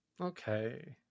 okay